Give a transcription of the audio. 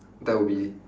that would be